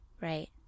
right